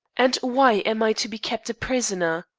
and why am i to be kept a prisoner?